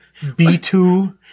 B2